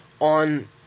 on